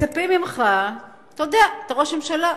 מצפים ממך, תודה, אתה ראש ממשלה,